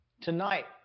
tonight